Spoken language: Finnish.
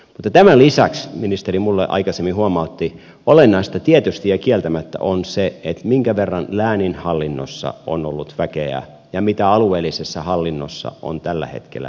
mutta tämän lisäksi ministeri minulle aikaisemmin huomautti että olennaista tietysti ja kieltämättä on se minkä verran lääninhallinnossa on ollut väkeä ja mitä alueellisessa hallinnossa on tällä hetkellä väkeä